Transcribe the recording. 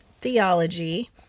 theology